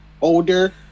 older